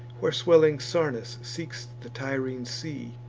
where swelling sarnus seeks the tyrrhene sea